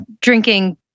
drinking